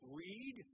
read